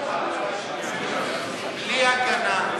אחת אחרי השנייה בלי הגנה,